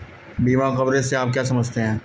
बीमा कवरेज से आप क्या समझते हैं?